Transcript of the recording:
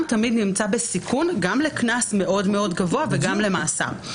תמיד נמצא בסיכון גם לקנס מאוד-מאוד גבוה וגם למאסר.